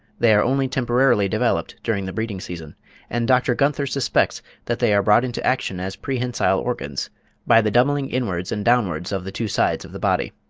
they are only temporarily developed during the breeding-season and dr. gunther suspects that they are brought into action as prehensile organs by the doubling inwards and downwards of the two sides of the body.